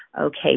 Okay